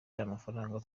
y’amafaranga